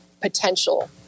potential